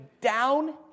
down